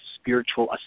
spiritual